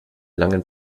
langen